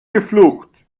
geflucht